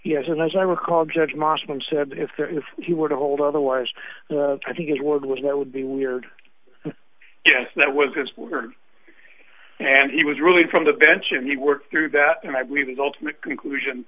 yes and as i recall judge mausam said that if he were to hold otherwise i think his word was that would be weird yes that was his word and he was really from the bench and he worked through that and i believe his ultimate conclusion